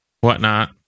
whatnot